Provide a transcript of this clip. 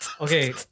okay